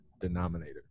denominator